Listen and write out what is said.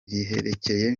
riherereye